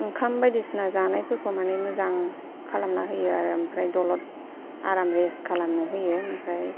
ओंखाम बायदिसिना जानायफोरखौ माने मोजां खालामना होयो आरो ओमफ्राय दलद आराम रेस्त खालामनो होयो ओमफ्राय